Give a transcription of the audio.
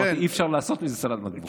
אמרתי: אי-אפשר לעשות מזה סלט מטבוחה.